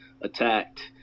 attacked